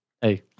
Hey